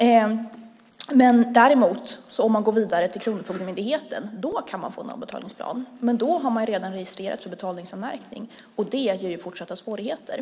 Om de däremot kommer vidare till Kronofogdemyndigheten kan de få en avbetalningsplan, men då har de redan registrerats för en betalningsanmärkning - och det ger fortsatta svårigheter.